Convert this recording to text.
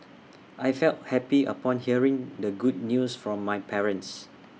I felt happy upon hearing the good news from my parents